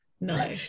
no